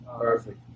Perfect